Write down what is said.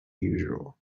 usual